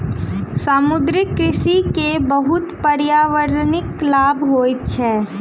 समुद्रीय कृषि के बहुत पर्यावरणिक लाभ होइत अछि